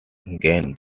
gained